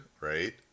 right